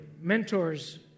mentors